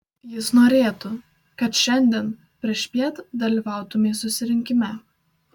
jis norėtų kad šiandien priešpiet dalyvautumei susirinkime